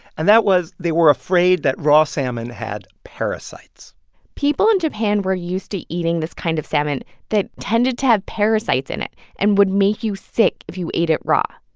and that was they were afraid that raw salmon had parasites people in japan were used to eating this kind of salmon that tended to have parasites in it and would make you sick if you ate it raw.